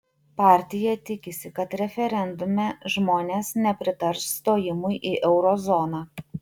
partija tikisi kad referendume žmones nepritars stojimui į euro zoną